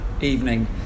evening